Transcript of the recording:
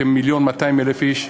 כמיליון ו-200,000 איש,